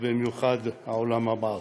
ובמיוחד בעולם המערבי.